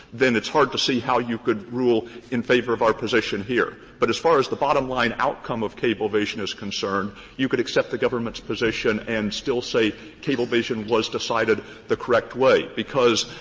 then it's hard to see how you could rule in favor of our position here. but as far as the bottom line outcome of cablevision is concerned, you could accept the government's position and still say cablevision was decided the correct way because